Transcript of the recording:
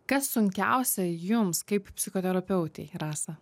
kas sunkiausia jums kaip psichoterapeutei rasa